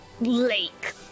lake